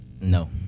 No